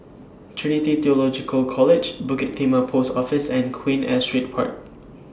Trinity Theological College Bukit Timah Post Office and Queen Astrid Park